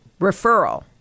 referral